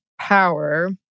power